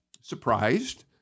surprised